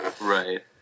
Right